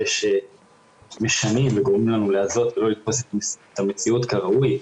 זה שהם משנים וגורמים לנו להזות ולא לתפוס את המציאות כראוי,